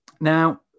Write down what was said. Now